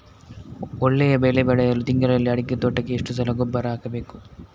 ಒಳ್ಳೆಯ ಬೆಲೆ ಪಡೆಯಲು ತಿಂಗಳಲ್ಲಿ ಅಡಿಕೆ ತೋಟಕ್ಕೆ ಎಷ್ಟು ಸಲ ಗೊಬ್ಬರ ಹಾಕಬೇಕು?